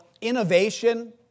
innovation